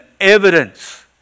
evidence